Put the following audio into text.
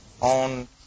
on